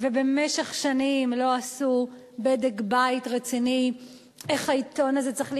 ובמשך שנים לא עשו בדק בית רציני איך העיתון הזה צריך להתנהל.